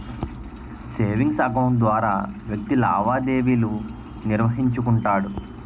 savings account ద్వారా వ్యక్తి లావాదేవీలు నిర్వహించుకుంటాడు